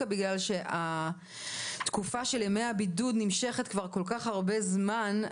בגלל שהתקופה של ימי הבידוד נמשכת כבר כל כך הרבה זמן,